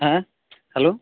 হ্যাঁ হ্যালো